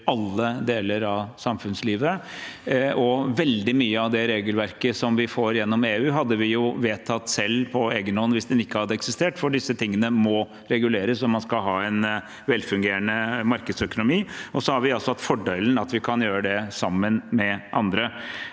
alle deler av samfunnslivet. Veldig mye av det regelverket som vi får gjennom EU, hadde vi jo vedtatt selv, på egen hånd, hvis det ikke hadde eksistert, for disse tingene må reguleres om man skal ha en velfungerende markedsøkonomi, og så har vi altså fordelen av å kunne gjøre det sammen med andre.